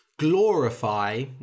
Glorify